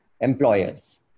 employers